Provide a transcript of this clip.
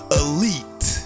elite